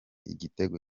igitego